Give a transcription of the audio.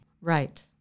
Right